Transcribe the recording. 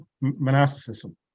monasticism